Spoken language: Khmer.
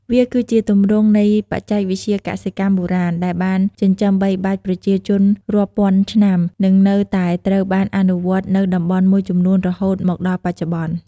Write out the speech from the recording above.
វាគឺជាទម្រង់នៃបច្ចេកវិទ្យាកសិកម្មបុរាណដែលបានចិញ្ចឹមបីបាច់ប្រជាជនរាប់ពាន់ឆ្នាំ និងនៅតែត្រូវបានអនុវត្តនៅតំបន់មួយចំនួនរហូតមកដល់បច្ចុប្បន្ន។